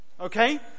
Okay